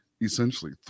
essentially